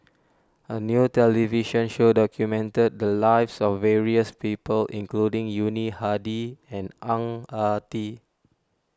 a new television show documented the lives of various people including Yuni Hadi and Ang Ah Tee